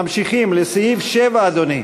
ממשיכים לסעיף 7, אדוני.